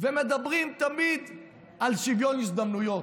ומדברים תמיד על שוויון הזדמנויות.